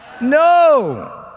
No